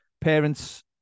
parents